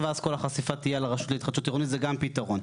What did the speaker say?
כי בסוף ההכרזה מפעילה את הפטור מהיטל השבחה.